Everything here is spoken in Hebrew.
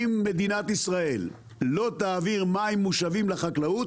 אם מדינת ישראל לא תעביר מים מושבים לחקלאות,